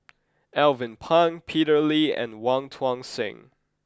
Alvin Pang Peter Lee and Wong Tuang Seng